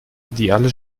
ideale